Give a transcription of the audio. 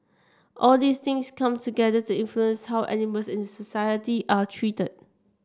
all these things come together to influence how animals in society are treated